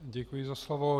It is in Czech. Děkuji za slovo.